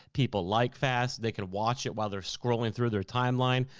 people like fast, they can watch it while they're scrolling through their timeline,